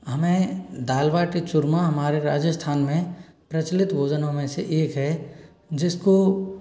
हमें दाल बाटी चूरमा हमारे राजस्थान में प्रचलित भोजनों में से एक है जिसको